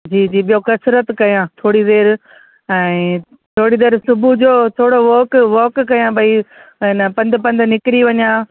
जी जी ॿियो कसरत कयां थोरी देरि ऐं थोरी देरि सुबुह जो थोरो वॉक वॉक कयां भई ऐं पंधु पंधु निकिरी वञा